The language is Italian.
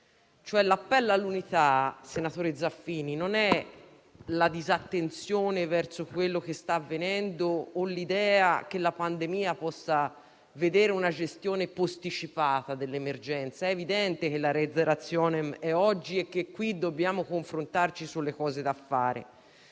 L'appello all'unità, senatore Zaffini, non è la disattenzione verso quello che sta avvenendo o l'idea che la pandemia possa vedere una gestione posticipata dell'emergenza. È evidente che il *redde rationem* è oggi e che qui dobbiamo confrontarci sulle cose da fare;